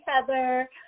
Heather